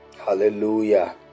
hallelujah